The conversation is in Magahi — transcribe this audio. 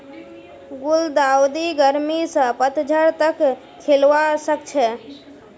गुलदाउदी गर्मी स पतझड़ तक खिलवा सखछे